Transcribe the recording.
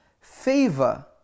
Favor